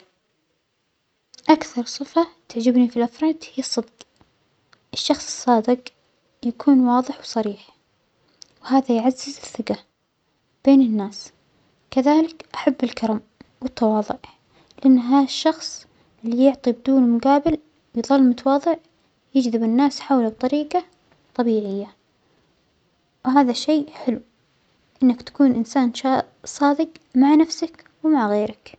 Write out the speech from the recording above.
أكثر صفة تعجبني في الأفراد هى الصدج، الشخص الصادج يكون واضح وصريح وهذا يعزز الثجة بين الناس، كذلك أحب الكرم والتواظع، لأنها الشخص اللى يعطى بدون مجابل يظل متواظع بجذب الناس حوله بطريجة طبيعية، وهذا الشيء حلو إنك تكون إنسان ش-صادج مع نفسك ومع غيرك.